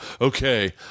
okay